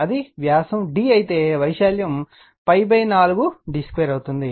అది వ్యాసం d అయితే వైశాల్యం π 4 d2 అవుతుంది